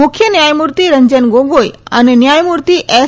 મુખ્ય ન્યાયમૂર્તિ રંજન ગોગોઈ અને ન્યાયમૂર્તિ એસ